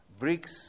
BRICS